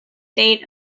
date